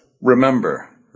Remember